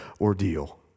ordeal